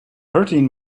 hurting